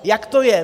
Jak to je?